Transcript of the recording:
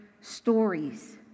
stories